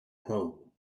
home